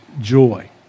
joy